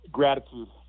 gratitude